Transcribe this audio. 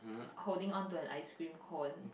holding on to the ice cream cone